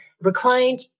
reclined